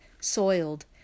soiled